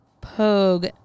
Pogue